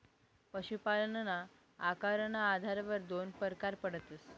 पशुपालनना आकारना आधारवर दोन परकार पडतस